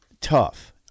tough